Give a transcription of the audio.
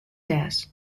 death